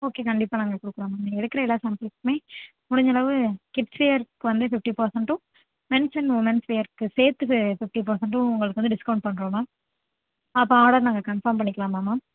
okay கண்டிப்பாக நாங்கள் கொடுக்குறோம் மேம் நீங்கள் இருக்கிற எல்லா சேம்பிள்ஸுக்குமே முடிஞ்சளவு கிட்ஸ் வியர்க்கு வந்து ஃபிஃப்டி பெர்ஸன்ட்டும் மென்ஸ் அண்ட் உமென்ஸ் வியர்க்கு சேர்த்து ஃபி ஃபிஃப்டி பெர்ஸன்ட்டும் உங்களுக்கு வந்து டிஸ்கவுண்ட் பண்ணுறோம் மேம் அப்போது நாங்கள் ஆடர் வந்து கன்ஃபார்ம் பண்ணிக்கலாமா மேம்